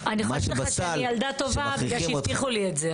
מה שבסל --- אני ילדה טובה בגלל שהבטיחו לי את זה,